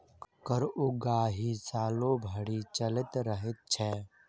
कर उगाही सालो भरि चलैत रहैत छै